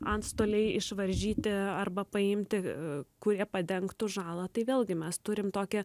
antstoliai išvaržyti arba paimti kurie padengtų žalą tai vėlgi mes turim tokią